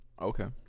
Okay